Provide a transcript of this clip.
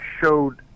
showed